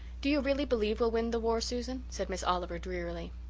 do you really believe we'll win the war, susan? said miss oliver drearily.